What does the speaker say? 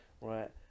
right